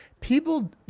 People